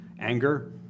Anger